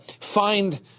find